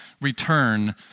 return